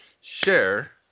share